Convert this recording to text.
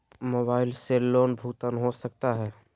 Mobile से loan भुगतान हो सकता है?